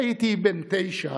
הייתי בן תשע